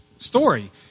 Story